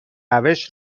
روش